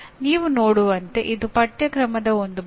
ನೀವು ನೋಡುವಂತೆ ಇದು ಪಠ್ಯಕ್ರಮದ ಒಂದು ಭಾಗ